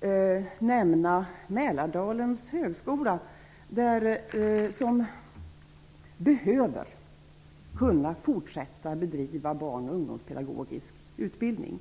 vill jag nämna Mälardalens högskola, som behöver kunna fortsätta att bedriva barn och ungdomspedagogisk utbildning.